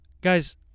guys